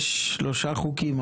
יש שלושה חוקים,